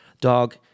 Dog